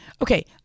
Okay